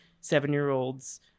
seven-year-olds